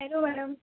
hello madam